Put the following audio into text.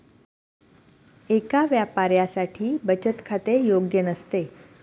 एका व्यापाऱ्यासाठी बचत खाते योग्य नसते